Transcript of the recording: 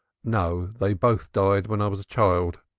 no, they both died when i was a child,